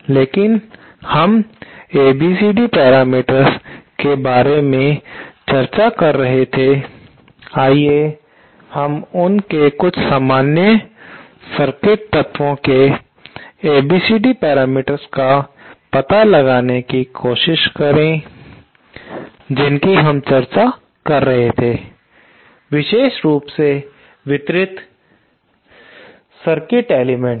अब हम ABCD parameters के बारे में चर्चा कर रहे थे आइए हम उन कुछ सामान्य सर्किट तत्वों के ABCD पैरामीटर्स का पता लगाने की कोशिश करें जिनकी हम चर्चा कर रहे थे विशेष रूप से वितरित सर्किट एलिमेंट्स